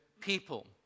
people